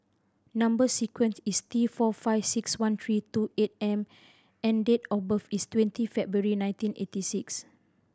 number sequence is T four five six one three two eight M and date of birth is twenty February nineteen eighty six